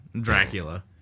Dracula